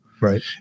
Right